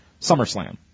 SummerSlam